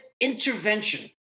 intervention